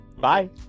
bye